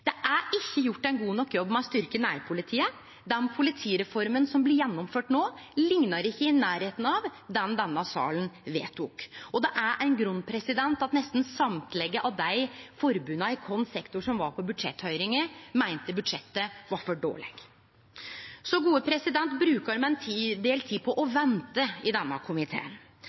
Det er ikkje gjort ein god nok jobb med å styrkje nærpolitiet. Den politireforma som blir gjennomført no, liknar ikkje den denne salen vedtok. Det er ein grunn til at nesten alle dei forbunda i vår sektor som var på budsjetthøyringa, meinte at budsjettet var for dårleg. Me brukar ein del tid på å vente i denne komiteen.